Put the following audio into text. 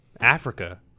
Africa